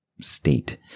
state